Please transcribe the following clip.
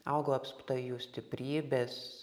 augau apsupta jų stiprybės